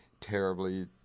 terribly